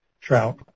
trout